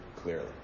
clearly